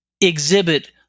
exhibit